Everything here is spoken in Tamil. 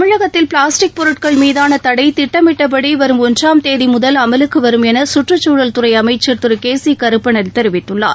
தமிழகத்தில் பிளாஸ்டிக் பொருட்கள் மீதான தடை திட்டமிட்டபடி வரும் ஒன்றாம் தேதி முதல் அமலுக்கு வரும் என கற்றுக்குழல் துறை அமைச்ச் திரு கே சி கருப்பண்ணன் தெரிவித்கள்ளார்